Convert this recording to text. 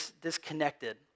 disconnected